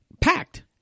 packed